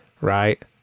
Right